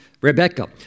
Rebecca